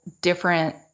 different